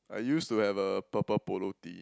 I used to have a purple polo tee